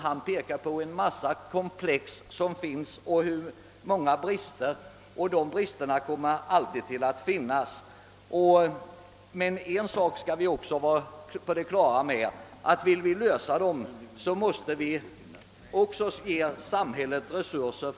Han pekar på en mängd problem och brister som väl alltid kommer att finnas. Men vi skall vara på det klara med att om vi vill lösa problemen måste vi också ge samhället resurser.